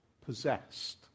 possessed